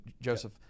Joseph